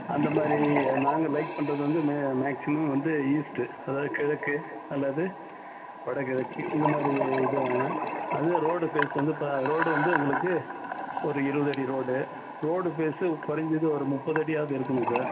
அந்த மாதிரி நாங்கள் லைக் பண்ணுறது வந்து மே மேக்சிமம் வந்து ஈஸ்ட்டு அதாவது கிழக்கு அல்லது வட கிழக்கு இந்த மாதிரி இது தாங்க அதுவே ரோடு ஃபேஸ் வந்து இப்போ ரோடு வந்து உங்களுக்கு ஒரு இருபது அடி ரோடு ரோடு ஃபேஸ்ஸு கொறைஞ்சது ஒரு முப்பது அடியாவது இருக்கணும் சார்